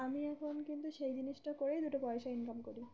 আমি এখন কিন্তু সেই জিনিসটা করেই দুটো পয়সা ইনকাম করি